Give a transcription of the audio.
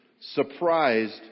Surprised